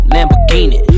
Lamborghini